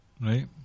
right